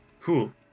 cool